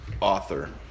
author